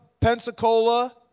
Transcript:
Pensacola